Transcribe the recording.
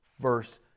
verse